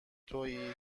توئی